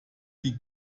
die